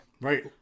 Right